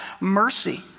mercy